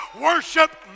worship